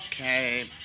Okay